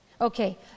Okay